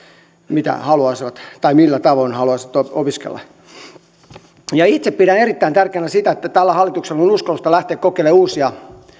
mitä tai millä tavoin haluaisi opiskella ja itse pidän erittäin tärkeänä sitä että tällä hallituksella on on uskallusta lähteä kokeilemaan uusia